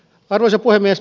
arvoisa puhemies